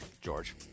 George